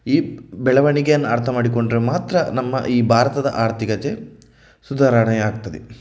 ಈ ಬೆಳವಣಿಗೆಯನ್ನು ಅರ್ಥ ಮಾಡಿಕೊಂಡರೆ ಮಾತ್ರ ನಮ್ಮ ಈ ಭಾರತದ ಆರ್ಥಿಕತೆ ಸುಧಾರಣೆಯಾಗ್ತದೆ